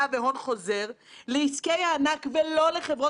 שהוועדה כן בחנה הוא הארביטראז׳ הרגולטורי,